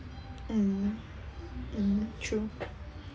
mm mm true